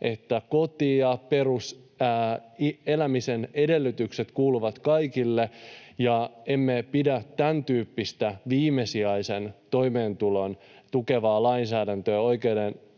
että koti ja elämisen perusedellytykset kuuluvat kaikille, ja emme pidä tämäntyyppistä viimesijaista toimeentuloa tukevaa lainsäädäntöä oikeudenmukaisena,